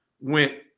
went –